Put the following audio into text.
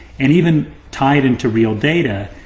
and even tie it into real data,